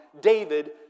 David